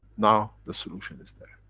now the solution is there.